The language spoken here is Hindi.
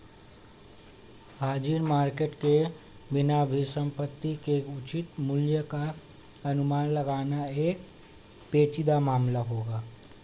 हाजिर मार्केट के बिना भी संपत्ति के उचित मूल्य का अनुमान लगाना एक पेचीदा मामला होगा